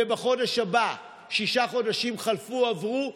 ובחודש הבא שישה חודשים חלפו-עברו,